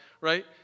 Right